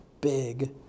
big